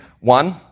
one